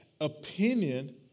opinion